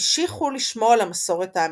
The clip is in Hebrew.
המשיכו לשמור על המסורת האמיתית.